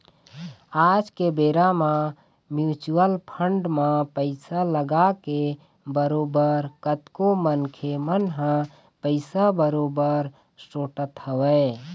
आज के बेरा म म्युचुअल फंड म पइसा लगाके बरोबर कतको मनखे मन ह पइसा बरोबर सोटत हवय